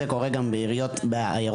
זה קורה גם בעיירות מעורבות,